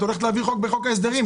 את הולכת להעביר חוק בחוק ההסדרים.